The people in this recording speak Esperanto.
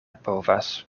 povas